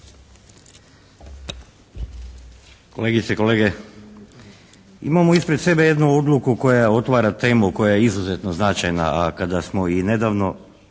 Kolegice i kolege! Imamo ispred sebe jednu odluku koja otvara temu koja je izuzetno značajna, a kada smo i nedavno